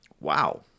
wow